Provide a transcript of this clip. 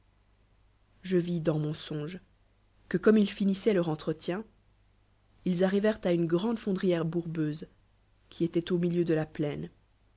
je vis dans mon songe que la i ncomme ils finissoient leur entretien drièxe ils arrivèrent à une gra nde fondrière eo aée bourbeuse qui étoit au milieu de la ment plaine